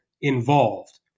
involved